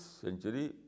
century